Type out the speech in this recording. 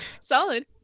Solid